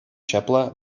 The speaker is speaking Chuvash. ҫапла